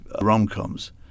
rom-coms